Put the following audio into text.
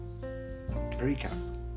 recap